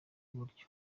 buryo